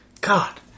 God